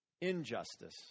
injustice